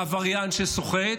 בעבריין שסוחט,